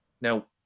Now